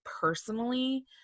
personally